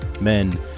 men